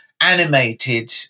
animated